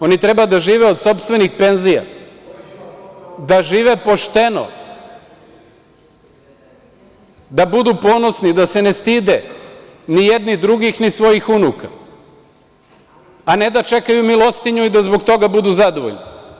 Oni treba da žive od sopstvenih penzija, da žive pošteno, da budu ponosni, da se ne stide ni jedni drugih ni svojih unuka, a ne da čekaju milostinju i da zbog toga budu zadovoljni.